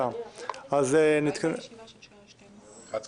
(הישיבה נפסקה בשעה